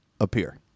appear